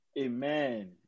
Amen